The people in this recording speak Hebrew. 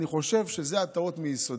אני חושב שזו טעות מיסודה.